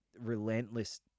relentless